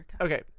Okay